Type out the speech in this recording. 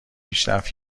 پیشرفت